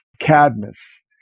Cadmus